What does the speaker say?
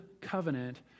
covenant